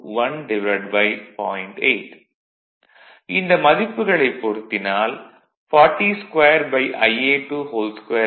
vlcsnap 2018 11 05 10h09m59s48 இந்த மதிப்புகளைப் பொருத்தினால் 22 10